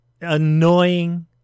annoying